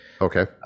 okay